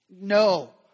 no